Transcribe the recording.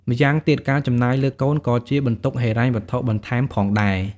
ម្យ៉ាងទៀតការចំណាយលើកូនក៏ជាបន្ទុកហិរញ្ញវត្ថុបន្ថែមផងដែរ។